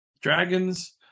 Dragons